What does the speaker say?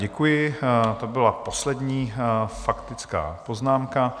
Děkuji, to byla poslední faktická poznámka.